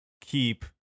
keep